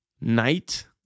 night